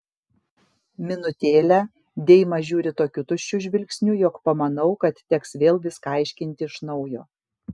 minutėlę deima žiūri tokiu tuščiu žvilgsniu jog pamanau kad teks vėl viską aiškinti iš naujo